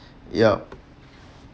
yup